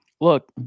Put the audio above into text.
Look